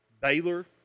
Baylor